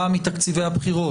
באה מתקציבי הבחירות.